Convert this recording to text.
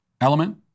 element